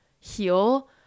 heal